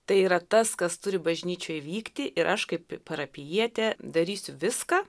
tai yra tas kas turi bažnyčioj vykti ir aš kaip parapijietė darysiu viską